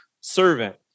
servant